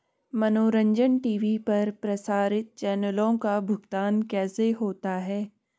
मनोरंजन टी.वी पर प्रसारित चैनलों का भुगतान कैसे होता है?